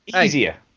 easier